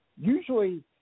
usually